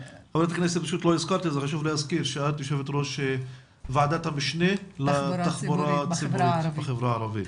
חשוב להזכיר שאת יו"ר ועדת המשנה לתחבורה ציבורית בחברה הערבית.